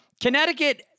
Connecticut